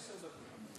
עשר דקות אמרו לי.